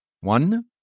One